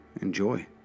enjoy